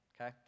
okay